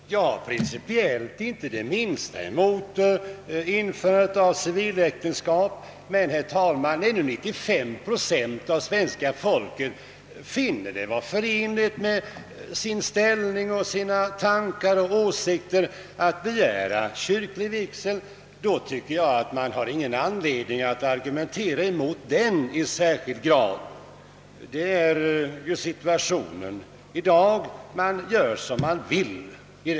Herr talman! Jag har principiellt inte det minsta emot införandet av civiläktenskap, men, herr talman, när nu 95 procent av svenska folket finner det förenligt med sin ställning, sina tankar och åsikter att begära kyrklig vigsel, så tycker jag inte att man har någon anledning att särskilt argumentera mot den. Situationen är ju i dag den att man gör som man vill.